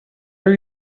were